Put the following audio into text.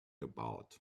about